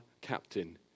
captain